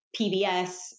PBS